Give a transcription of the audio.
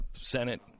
Senate